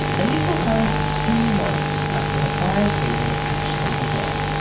and this all comes two months after the fire season actually began.